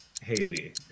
Haiti